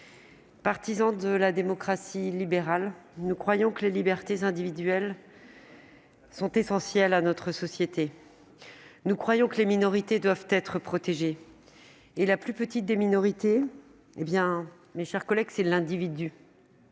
partisans de la démocratie libérale, nous croyons que les libertés individuelles sont essentielles à notre société. Nous croyons que les minorités doivent être protégées. Or la plus petite des minorités, c'est l'individu.